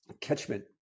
catchment